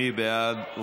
מי בעד?